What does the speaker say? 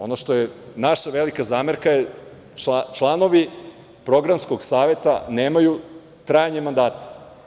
Ono što je naša velika zamerka, jeste što članovi Programskog saveta nemaju trajanje mandata.